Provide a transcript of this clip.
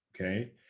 Okay